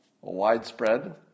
widespread